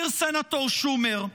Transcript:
Dear Senator Schumer,